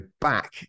back